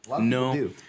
No